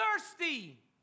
thirsty